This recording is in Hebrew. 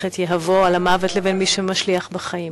את יהבו על המוות לבין מי שבוחר בחיים.